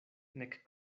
nek